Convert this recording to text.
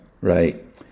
Right